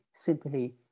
simply